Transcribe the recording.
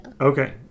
Okay